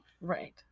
right